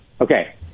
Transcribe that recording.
Okay